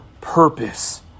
purpose